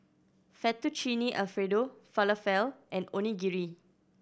Fettuccine Alfredo Falafel and Onigiri